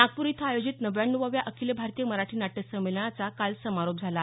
नागपूर इथं आयोजित नव्व्याण्णवाव्या अखिल भारतीय मराठी नाट्य संमेलनाचा काल समारोप झाला